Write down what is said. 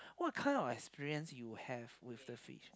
what kind of experience you have with the fish